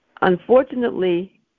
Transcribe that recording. unfortunately